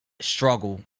struggle